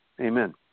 Amen